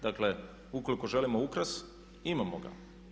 Dakle, ukoliko želimo ukras imamo ga.